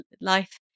Life